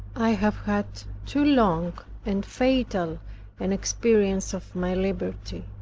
i have had too long and fatal an experience of my liberty.